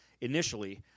initially